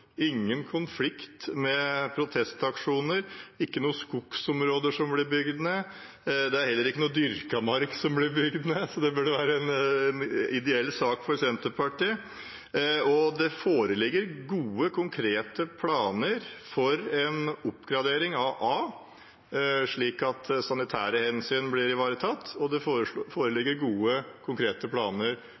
ingen konflikt med protestaksjoner og ikke noen skogsområder som blir bygd ned. Det er heller ikke noe dyrket mark som blir bygd ned, så det burde være en ideell sak for Senterpartiet. Det foreligger gode, konkrete planer for en oppgradering slik at sanitære hensyn blir ivaretatt, og det foreligger gode, konkrete planer